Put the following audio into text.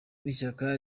n’ishyaka